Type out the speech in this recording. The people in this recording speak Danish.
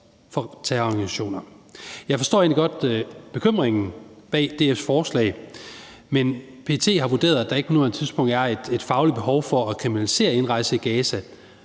for terrororganisationer. Jeg forstår egentlig godt bekymringen bag DF's forslag, men PET har vurderet, at der ikke på nuværende tidspunkt er et fagligt behov for at kriminalisere indrejse i Gaza.